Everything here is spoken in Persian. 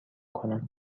کنم